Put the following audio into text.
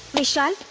vishal?